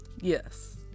Yes